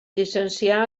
llicencià